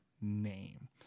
name